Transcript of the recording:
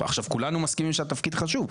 כולנו מסכימים שהתפקיד חשוב,